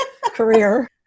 career